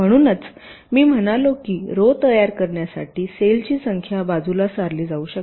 म्हणूनच मी म्हणालो की रो तयार करण्यासाठी सेलची संख्या बाजूला सारली जाऊ शकते